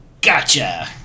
Gotcha